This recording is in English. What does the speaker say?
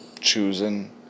choosing